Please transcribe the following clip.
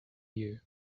you